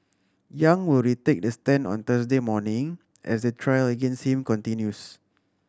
Yang will retake the stand on Thursday morning as the trial against him continues